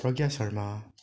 Pragya Sharma